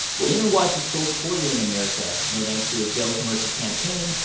game and watch had sold poorly in america, no thanks to a failed commercial campaign,